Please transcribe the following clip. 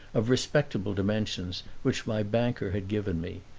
of respectable dimensions, which my banker had given me,